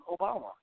Obama